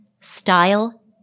style